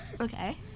Okay